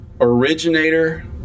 originator